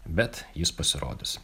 bet jis pasirodys